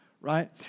right